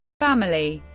family